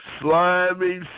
slimy